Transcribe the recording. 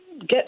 get